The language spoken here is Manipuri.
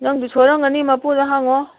ꯅꯪꯒꯤꯗꯨ ꯁꯣꯏꯔꯝꯒꯅꯤ ꯃꯄꯨꯗ ꯍꯪꯉꯣ